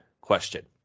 question